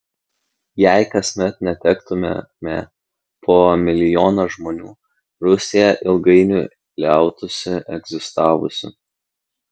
jei kasmet netektumėme po milijoną žmonių rusija ilgainiui liautųsi egzistavusi